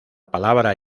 palabra